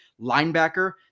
linebacker